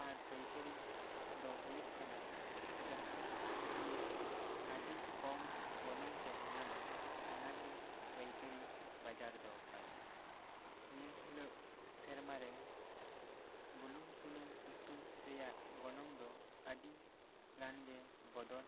ᱟᱨ ᱯᱟᱭᱠᱟᱹᱨᱤ ᱫᱚ ᱦᱩᱭᱩᱜ ᱠᱟᱱᱟ ᱢᱟᱦᱟᱸ ᱵᱷᱟᱜᱮ ᱡᱤᱱᱤᱥ ᱟᱹᱰᱤ ᱠᱚᱢ ᱜᱚᱱᱚᱝ ᱛᱮᱢ ᱧᱟᱢᱟ ᱚᱱᱟ ᱜᱮ ᱯᱟᱭᱠᱟᱹᱨᱤ ᱵᱟᱡᱟᱨ ᱫᱚ ᱠᱟᱱᱟ ᱱᱤᱭᱟᱹ ᱦᱤᱞᱟᱹᱜ ᱥᱮᱨᱢᱟ ᱨᱮ ᱵᱩᱞᱩᱝ ᱥᱩᱱᱩᱢ ᱩᱛᱩ ᱨᱮᱭᱟᱜ ᱜᱚᱱᱚᱢ ᱫᱚ ᱟᱹᱰᱤ ᱜᱟᱱ ᱜᱮ ᱵᱚᱫᱚᱞ ᱟᱠᱟᱱᱟ